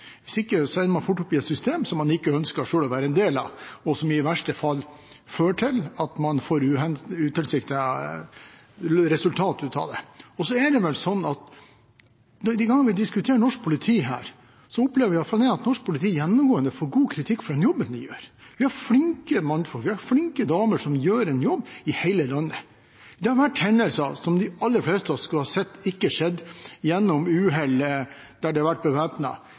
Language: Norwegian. man fort opp i et system som man ikke ønsker selv å være en del av, og som i verste fall fører til at man får et utilsiktet resultat. De gangene vi diskuterer norsk politi her, opplever jeg at norsk politi gjennomgående får god kritikk for jobben de gjør. Vi har flinke mannfolk og flinke damer som gjør en jobb i hele landet. Det har vært hendelser som de aller fleste av oss skulle sett ikke skjedde, uhell der de har vært